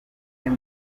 gaby